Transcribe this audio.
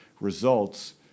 results